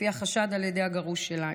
לפי החשד על ידי הגרוש שלה,